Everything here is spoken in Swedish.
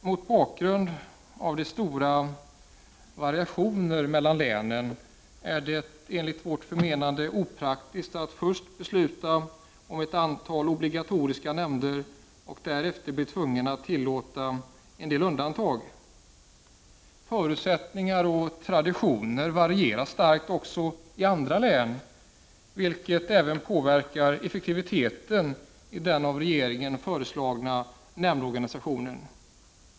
Mot bakgrund av de stora variationerna mellan länen är det, enligt vår förmenande, opraktiskt att först besluta om ett antal obligatoriska nämnder och därefter bli tvungen att tillåta en del undantag. Förutsättningar och traditioner varierar starkt också i andra län, vilket även påverkar effektiviteten i den av regeringen förslagna nämndorganisationen.